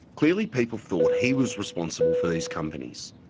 clearly people thought he was responsible for these companies.